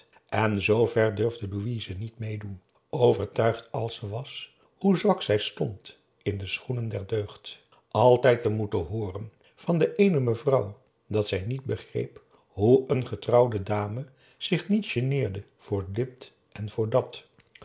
en zver durfde louise niet meedoen overtuigd als ze was hoe zwak zij stond in de schoenen der deugd altijd te moeten hooren van de eene mevrouw dat zij niet begreep hoe een getrouwde dame zich niet geneerde voor dit en voor